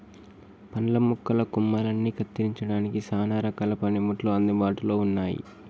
పండ్ల మొక్కల కొమ్మలని కత్తిరించడానికి సానా రకాల పనిముట్లు అందుబాటులో ఉన్నాయి